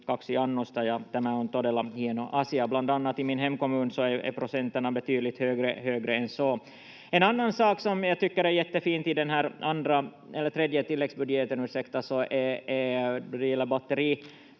ja tämä on todella hieno asia. Bland annat i min hemkommun är procenterna betydligt högre än så. En annan sak som jag tycker är jättefin i den här tredje tilläggsbudgeten är då det gäller